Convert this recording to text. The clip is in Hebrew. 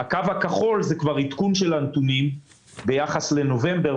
הקו הכחול זה כבר עדכון של הנתונים ביחס לנובמבר.